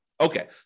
Okay